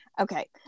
okay